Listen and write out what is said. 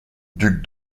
duc